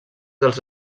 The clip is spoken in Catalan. dels